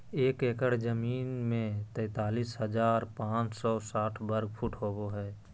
एक एकड़ जमीन में तैंतालीस हजार पांच सौ साठ वर्ग फुट होबो हइ